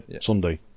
Sunday